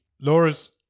Laura's